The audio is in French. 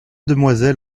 demoiselles